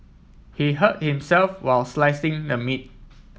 he hurt himself while slicing the meat